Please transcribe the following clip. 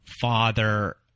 father